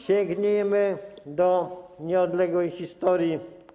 Sięgnijmy do nieodległej historii.